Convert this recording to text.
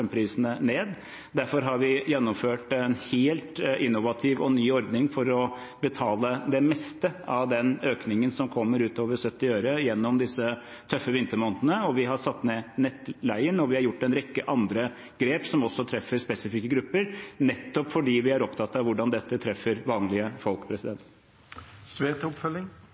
ned. Derfor har vi gjennomført en helt innovativ og ny ordning for å betale det meste av den økningen som kommer utover 70 øre gjennom disse tøffe vintermånedene. Vi har satt ned nettleien, og vi har gjort en rekke andre grep som også treffer spesifikke grupper, nettopp fordi vi er opptatt av hvordan dette treffer vanlige folk. Eg la merke til